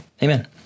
Amen